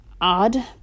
odd